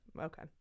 Okay